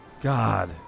God